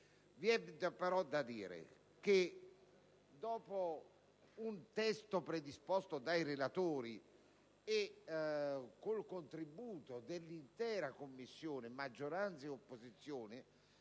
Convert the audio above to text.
Vi è però da dire che, dopo un testo predisposto dai relatori con il contribuito dell'intera Commissione, maggioranza ed opposizione,